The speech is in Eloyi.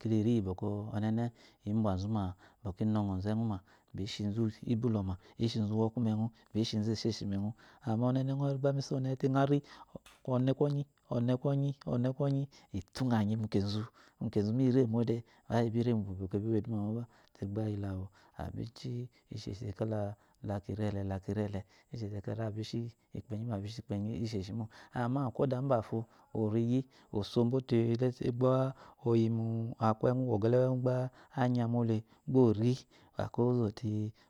Kekele iyi nikɔ ɔnene imbyazima bɔkɔ indgzu eguma gbi shizu ibuloma, ishizu usku meju, ishizu esheshi meøu ama ɔnene aba miso te øari ɔne kwnyi ɔne kwɔnyi itu øɔ anji mukezu mu kezu mairi mo de gbi re mubiu gbi wo eduma moba ta gba iyile awu abishi isheshi te kala, lakiri ele laki ri ele iseshi te kala abishi kuwogwu abishi ikpenyi isheshi mo ama kwoda ubafo onyi osobo te gba oyi mu aku ɔgele wɔyɔ gba anya mo le gbori akweyi ozɔte